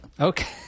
Okay